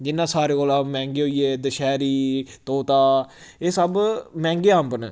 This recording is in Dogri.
जिन्ना सारे कोला मैहंगे होई गे दशैह्री तोता एह् सब्भ मैंह्गे अम्ब न